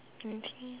anything